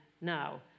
now